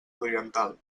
oriental